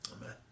Amen